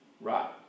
Right